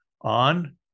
on